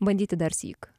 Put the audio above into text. bandyti darsyk